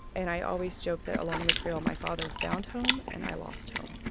and i always joked that along the trail, my father found home and i lost home.